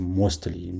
mostly